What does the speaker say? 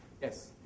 Yes